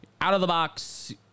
out-of-the-box